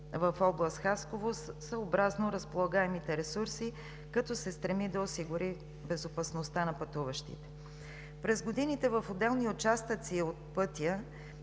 в област Хасково, съобразно разполагаемите ресурси, като се стреми да осигури безопасността на пътуващите. През годините в отделни участъци от пътя